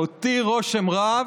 הותיר רושם רב.